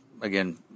again